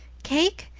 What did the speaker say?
cake?